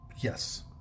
Yes